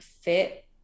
fit